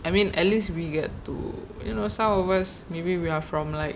I mean at least we get to you know some of us maybe we are from like